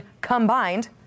combined